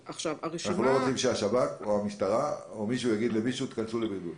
אנחנו לא רוצים שהשב"כ או המשטרה או מישהו אחר יכניס מישהו לבידוד,